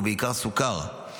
ובעיקר בסוכר,